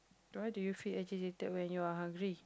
why do you feel agitated when you are hungry